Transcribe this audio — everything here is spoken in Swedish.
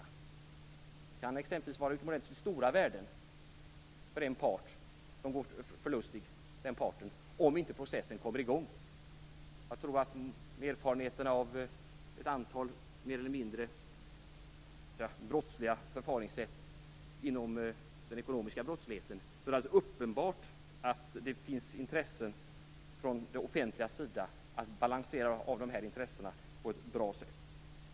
En part kan exempelvis gå förlustig utomordentligt stora värden om processen inte kommer igång. Det finns erfarenheter av ett antal mer eller mindre brottsliga förfaringssätt inom den ekonomiska brottsligheten. Det är alldeles uppenbart att det finns intresse från det offentligas sida av att balansera dessa intressen på ett bra sätt.